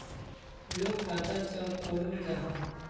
लोग खाता चाँ खोलो जाहा?